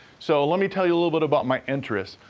so let me tell you a little bit about my interests.